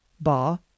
bar